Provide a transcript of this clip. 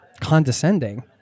condescending